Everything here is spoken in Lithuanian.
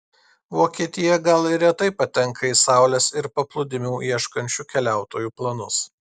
vokietija gal ir retai patenka į saulės ir paplūdimių ieškančių keliautojų planus